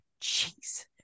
jeez